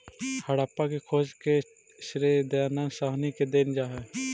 हड़प्पा के खोज के श्रेय दयानन्द साहनी के देल जा हई